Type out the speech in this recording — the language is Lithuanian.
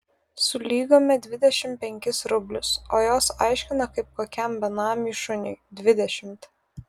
sulygome dvidešimt penkis rublius o jos aiškina kaip kokiam benamiui šuniui dvidešimt